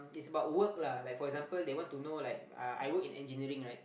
it's about work lah like for example they want to know like uh I work in engineering right